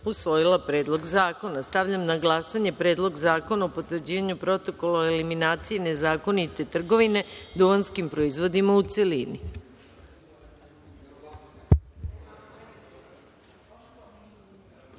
usvojila Predlog zakona. Stavljam na glasanje Predlog zakona o potvrđivanju Protokola o eliminaciji nezakonite trgovine duvanski proizvodima, u